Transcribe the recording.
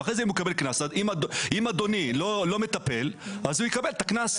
אחרי זה אם הוא יקבל קנס: אם אדוני לא יטפל הוא יקבל את הקנס.